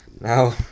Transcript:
Now